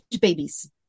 babies